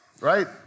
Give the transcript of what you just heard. right